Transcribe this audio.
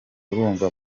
urumva